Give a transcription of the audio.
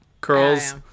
curls